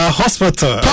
hospital